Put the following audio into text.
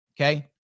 okay